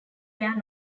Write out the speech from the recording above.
where